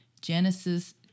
Genesis